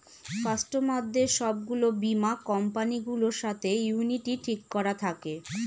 কাস্টমারদের সব গুলো বীমা কোম্পানি গুলোর সাথে ইউনিটি ঠিক করা থাকে